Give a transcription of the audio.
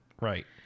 Right